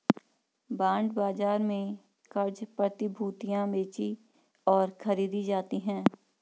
bond बाजार में क़र्ज़ प्रतिभूतियां बेचीं और खरीदी जाती हैं